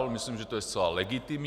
Myslím, že to je zcela legitimní.